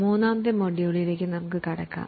third module ആരംഭിക്കുകയാണ്